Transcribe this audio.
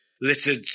littered